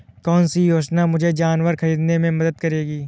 कौन सी योजना मुझे जानवर ख़रीदने में मदद करेगी?